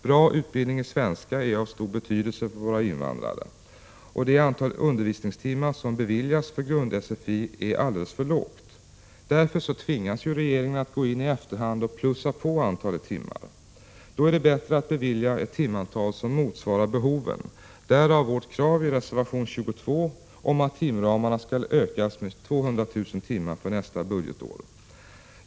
Bra utbildning i ämnet svenska är av stor betydelse för våra invandrare. Det antal undervisningstimmar som beviljas för grund-SFI är alldeles för litet. Därför tvingas regeringen att gå in i efterhand och plussa på antalet timmar. Då är det bättre att bevilja ett timantal som motsvarar behoven; därav vårt krav i reservation 22 om att timramarna skall ökas med 200 000 timmar för nästa budgetår.